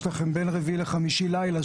יש לכם בין רביעי לחמישי לילה.